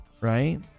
right